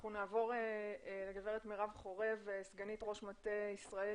נעבור לגב' מרב חורב, סגנית ראש מטה ישראל